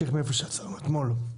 לכולם.